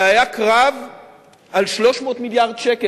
זה היה קרב על 300 מיליארד שקל.